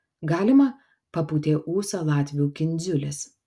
galima papūtė ūsą latvių kindziulis